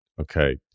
Okay